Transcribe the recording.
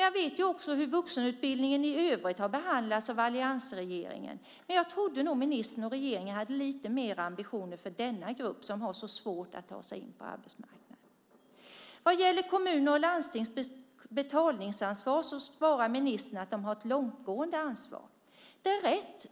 Jag vet hur vuxenutbildningen i övrigt har behandlats av alliansregeringen, men jag trodde att ministern och regeringen hade lite större ambitioner för denna grupp som har så svårt att ta sig in på arbetsmarknaden. Vad gäller kommunernas och landstingens betalningsansvar svarar ministern att de har ett långtgående ansvar. Det är rätt.